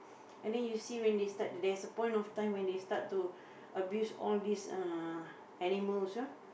and then you see when they start there's a point of time when they start to abuse all these uh animals ah